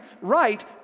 right